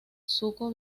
zuko